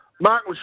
Mark